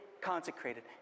consecrated